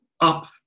up